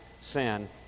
sin